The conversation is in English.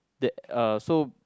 that uh so